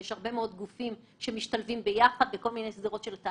יש הרבה מאוד גופים שמשתלבים ביחד - אלא